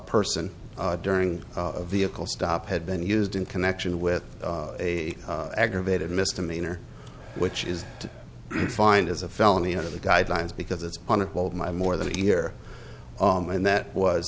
person during a vehicle stop had been used in connection with a aggravated misdemeanor which is defined as a felony under the guidelines because it's on a hold my more than a year and that was